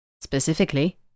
Specifically